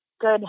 good